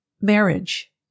Marriage